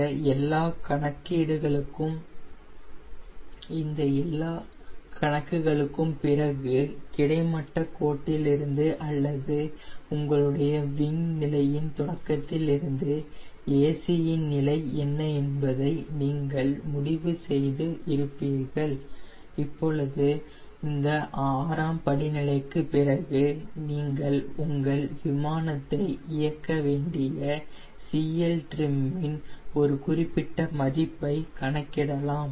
இந்த எல்லா கணக்குகளுக்கும் பிறகு கிடைமட்ட கோட்டிலிருந்து அல்லது உங்களுடைய விங் நிலையின் தொடக்கத்திலிருந்து AC இன் நிலை என்ன என்பதை நீங்கள் முடிவு செய்து இருப்பீர்கள் இப்பொழுது அந்த ஆறாம் படி நிலைக்கு பிறகு நீங்கள் உங்கள் விமானத்தை இயக்க வேண்டிய CLtrim இன் ஒரு குறிப்பிட்ட மதிப்பை கணக்கிடலாம்